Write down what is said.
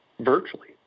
virtually